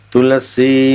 Tulasi